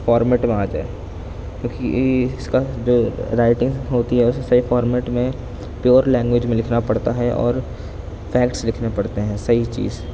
format میں آ جائے کیوںکہ اس کا جو رائیٹنگ ہوتی ہے اسے صحیح فارمیٹ میں پیور لینگویج میں لکھنا پڑتا ہے اور فیکٹس لکھنے پڑتے ہیں صحیح چیز